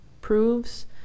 proves